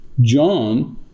John